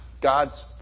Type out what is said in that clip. God's